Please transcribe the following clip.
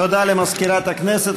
תודה למזכירת הכנסת.